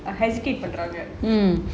err hesitate பண்றாங்க:pandraanga